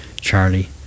Charlie